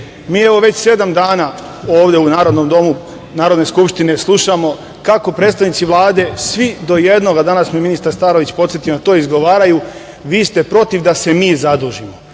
mi već sedam dana ovde u Domu Narodne skupštine slušamo kako predstavnici Vlade, svi do jednoga, danas me je ministar Starović podsetio na to, izgovaraju – vi ste protiv da se mi zadužimo.